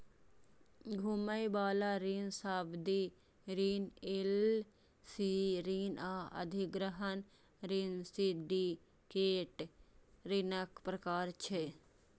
घुमै बला ऋण, सावधि ऋण, एल.सी ऋण आ अधिग्रहण ऋण सिंडिकेट ऋणक प्रकार छियै